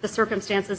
the circumstances